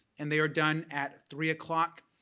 and they are done at three o'clock.